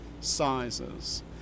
sizes